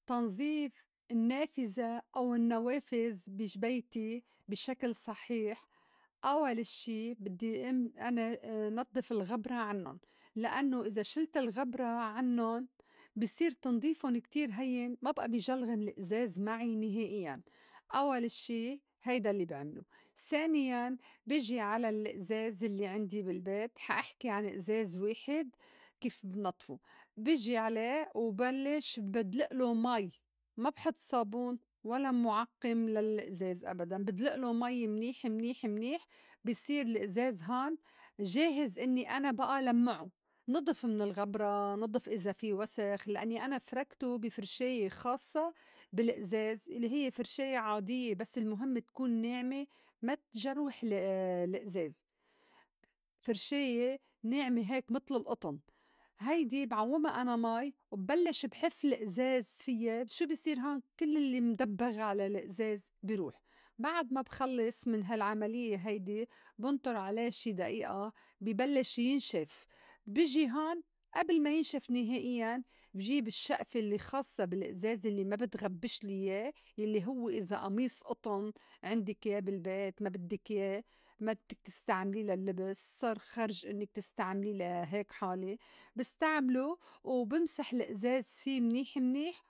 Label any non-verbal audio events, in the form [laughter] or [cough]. تنظيف النّافذة أو النّوافذ بي بيتي بي شكِل صحيح أوّل الشّي بدّي إن أنا نضّف الغبرة عنُّن لإنّو إذا شلت الغبرة عنُّن بصير تنظيفُن كتير هيّن ما بئى بي جلغم الئزاز معي نِهائيّاً أوّل شي هيدا الّي بِعملو، ثانياً بيجي على الأزاز يلّي عندي بالبيت حأحكي عن أزاز واحد كيف بنضفو، بيجي عليه وبلّش بدلئلو مي ما بحُط صابون ولا مُعقّم للئزاز أبداً بدلُئلو مي منيح منيح منيح بصير الئزاز هون جاهز إنّي أنا بئى لمّعو نِضِف من الغبرة نضف إذا في وسخ لإنّي أنا فركتو بي فرشاية خاصّة بالأزاز الّي هيّ فرشاية عاديّة بس المُهم تكون ناعمة ما تجروح [hesitation] لأزاز فرشاية ناعمة هيك متل الئطُن هيدي بعوّما أنا مي وبلّش بحِفْ لأزاز فيّا شو بصير هون كل الّي مدبّغ على الأزاز بي روح، بعد ما بخلّص من هالعمليّة هيدي بنطُر عليه شي دئيئة بي بلّش ينشف بيجي هون أبل ما ينشف نِهائيّاً بجيب الشّئفة الّي خاصّة بالأزاز الّي ما بتغبشلي ياه الّي هوّ إذا قميص اُطُن عندك ياه بالبيت ما بدّك ياه ما بدّك تستعملي لللّبس صار خرج إنّك تستعملي لا هيك حالي بستعملو وبِمسَح الأزاز في منيح منيح.